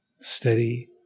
steady